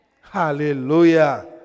Hallelujah